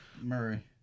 Murray